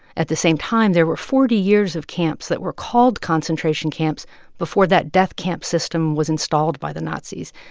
at the same time, there were forty years of camps that were called concentration camps before that death camp system was installed by the nazis.